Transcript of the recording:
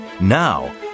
Now